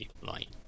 light